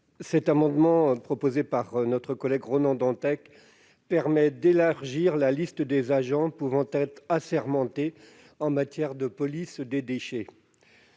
Cet amendement, déposé par notre collègue Ronan Dantec, vise à élargir la liste des agents pouvant être assermentés en matière de police des déchets.